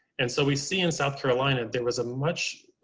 and so we see in south carolina, there was a much,